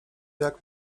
jak